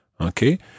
Okay